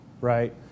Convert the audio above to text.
right